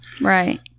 Right